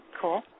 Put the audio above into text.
Cool